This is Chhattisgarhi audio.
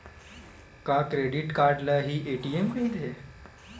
का क्रेडिट ल हि ए.टी.एम कहिथे?